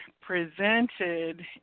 presented